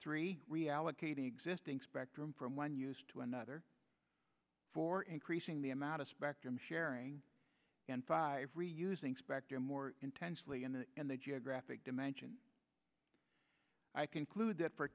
three reallocating existing spectrum from one use to another for increasing the amount of spectrum sharing and five reusing spectrum more intensely and in the geographic dimension i conclude that